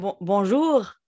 bonjour